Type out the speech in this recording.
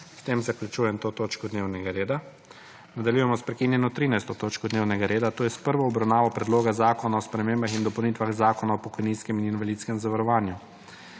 S tem zaključujem to točko dnevnega reda. Nadaljujemo sprekinjeno 13. točko dnevnega reda, to je s prvo obravnavo Predloga zakona o spremembah in dopolnitvah Zakona o pokojninskem in invalidskem zavarovanju.